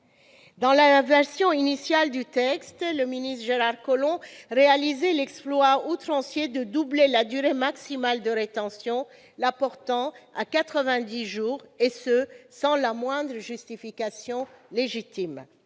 Dans la version initiale du texte, le ministre d'État, Gérard Collomb, accomplissait l'exploit outrancier de doubler la durée maximale de rétention, en la portant à 90 jours, et ce sans la moindre justification légitime.